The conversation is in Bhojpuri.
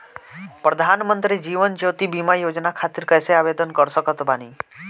प्रधानमंत्री जीवन ज्योति बीमा योजना खातिर कैसे आवेदन कर सकत बानी?